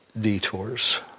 detours